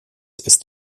ist